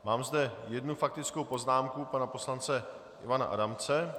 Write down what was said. Mám zde jednu faktickou poznámku pana poslance Ivana Adamce.